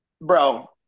bro